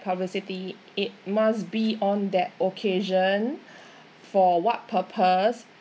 publicity it must be on that occasion for what purpose